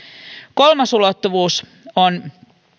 kolmas ulottuvuus on